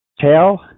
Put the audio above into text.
tail